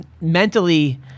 mentally